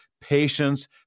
patience